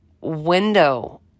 window